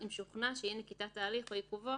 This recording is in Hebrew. אם שוכנע שאי נקיטת ההליך או עיכובו